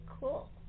Cool